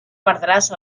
perdràs